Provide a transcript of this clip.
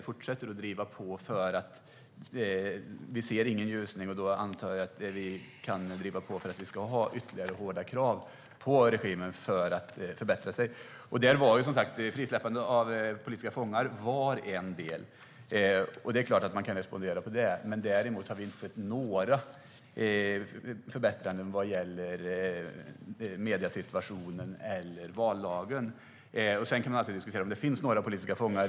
Eftersom vi inte ser någon ljusning hoppas jag att Sverige fortsätter att driva på för att vi ska ha ytterligare hårda krav på regimen att bättra sig. Frisläppandet av politiska fångar var en del, och det kan man såklart respondera på. Vi har dock inte sett några förbättringar vad gäller mediesituationen eller vallagen. Man kan också diskutera om det finns några politiska fångar.